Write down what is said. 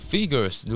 Figures